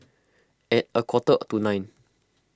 at a quarter to nine